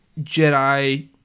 Jedi